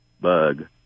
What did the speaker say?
bug